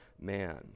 man